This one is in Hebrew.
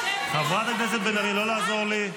--- חברת הכנסת בן ארי, לא לעזור לי.